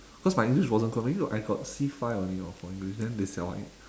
because my english wasn't good maybe I got C five only for english then they